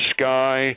sky